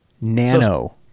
Nano